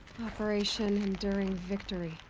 operation enduring victory.